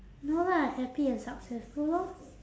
no lah happy and successful lor